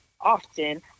often